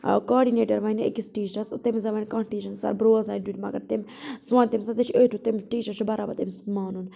coordinator وَنہِ أکس ٹیچرَس تٔمس زَن وَنہِ کانٛہہ ٹیچَر سَر بہٕ روزٕہا مَگَر تٔمۍ سُہ ونہِ تٔمِس نہ ژےٚ چھُی أتۍ روزُن تٔمِس ٹیچرَس چھ بَرابَر تٔمۍ سُنٛد مانُن